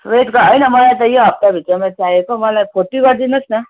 weight होइन मलाई त यो हप्ताभित्रमा चाहिएको मलाई फोर्टी गरिदिनु होस् न